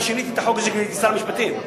אני שיניתי את החוק הזה כשהייתי שר המשפטים.